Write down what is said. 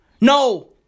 No